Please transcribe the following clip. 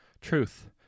Truth